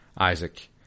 Isaac